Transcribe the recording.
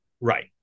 Right